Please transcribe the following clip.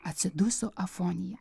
atsiduso afonija